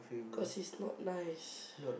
cause it's not nice